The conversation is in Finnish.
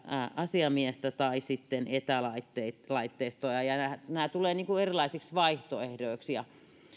asiamiestä tai sitten etälaitteistoa nämä tulevat erilaisiksi vaihtoehdoiksi